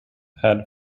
have